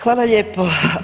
Hvala lijepo.